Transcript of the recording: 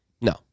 No